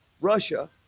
russia